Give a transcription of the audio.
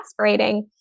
aspirating